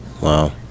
Wow